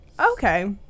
Okay